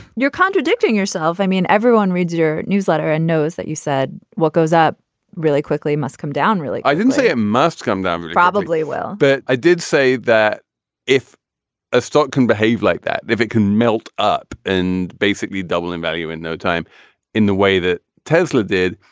you're contradicting yourself. i mean, everyone reads your newsletter and knows that you said what goes up really quickly must come down. really? i didn't say it must come down probably. well, but i did say that if a stock can behave like that. if it can melt up and basically double in value in no time in the way that tesla did,